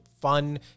fun